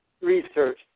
Research